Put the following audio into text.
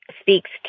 speaks